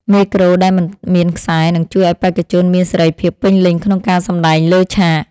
មេក្រូដែលមិនមានខ្សែនឹងជួយឱ្យបេក្ខជនមានសេរីភាពពេញលេញក្នុងការសម្ដែងលើឆាក។